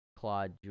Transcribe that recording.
Claude